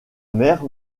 mer